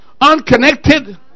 unconnected